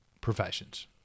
professions